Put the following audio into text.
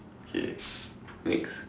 okay next